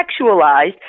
sexualized